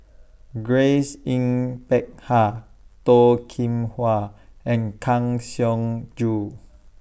Grace Yin Peck Ha Toh Kim Hwa and Kang Siong Joo